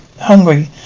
hungry